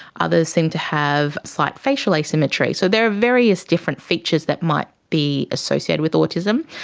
others seem to have slight facial asymmetry. so there are various different features that might be associated with autism.